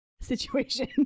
situation